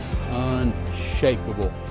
unshakable